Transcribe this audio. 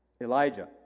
Elijah